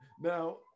Now